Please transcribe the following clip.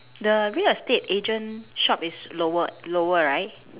the real estate agent shop is lower lower right